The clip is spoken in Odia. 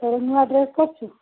ତୋର ନୂଆ ଡ୍ରେସ୍ କରିଛୁ